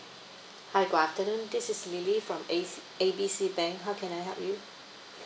hi good afternoon this is lily from A A B C bank how can I help you